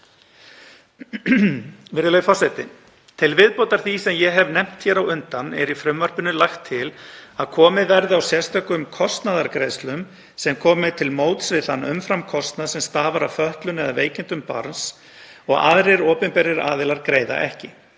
Til viðbótar því sem ég hef nefnt hér á undan er í frumvarpinu lagt til að komið verði á sérstökum kostnaðargreiðslum sem komi til móts við þann umframkostnað sem stafar af fötlun eða veikindum barns og aðrir opinberir aðilar greiða ekki.